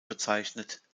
bezeichnet